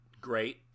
Great